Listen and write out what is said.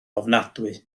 ofnadwy